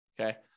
Okay